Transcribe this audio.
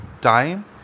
time